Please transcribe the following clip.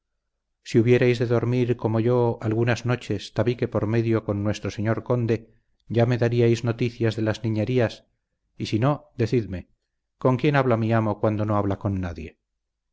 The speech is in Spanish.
si hubierais de dormir como yo algunas noches tabique por medio con nuestro señor conde ya me daríais noticias de las niñerías y si no decidme con quién habla mi amo cuando no habla con nadie